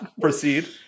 proceed